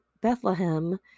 Bethlehem